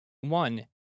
One